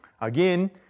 Again